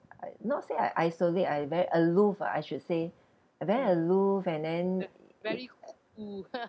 I not say I isolate I very aloof ah I should say I very aloof and then